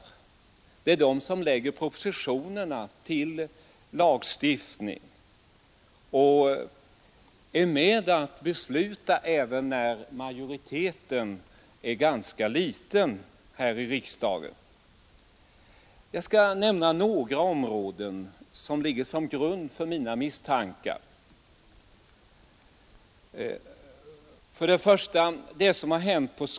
Det är den som lägger propositionerna till lagstiftning, och den är med om att besluta även när majoriteten är ganska knapp här i riksdagen. Jag skall nämna några områden som ligger som grund för mina misstankar. Jag börjar med skolans område och vad som har hänt där.